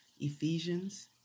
Ephesians